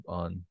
on